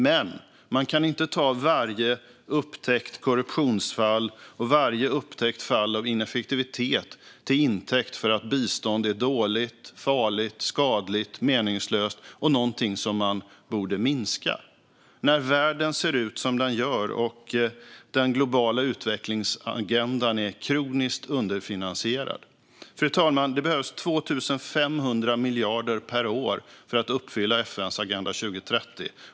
Men man kan inte ta varje upptäckt korruptionsfall och varje upptäckt fall av ineffektivitet till intäkt för att bistånd är dåligt, farligt, skadligt, meningslöst och någonting som man borde minska när världen ser ut som den gör och den globala utvecklingsagendan är kroniskt underfinansierad. Fru talman! Det behövs 2 500 miljarder kronor per år för att uppfylla FN:s Agenda 2030.